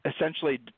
essentially